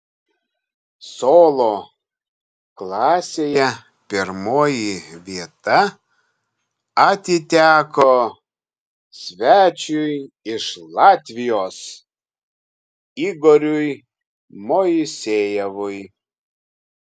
solo klasėje pirmoji vieta atiteko svečiui iš latvijos igoriui moisejevui